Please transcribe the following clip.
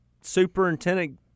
superintendent